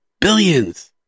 Billions